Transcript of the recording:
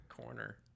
corner